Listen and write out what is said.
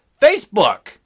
Facebook